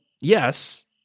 yes